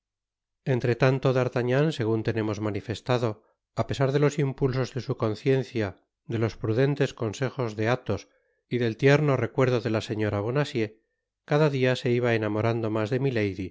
entretanto d'artagnan segun tenemos manifestado á pesar de los impulsos de su conciencia de los prudentes consejos de athos y del tierno recuerdo de la señora bonacieux cada dia se iba enamorando mas de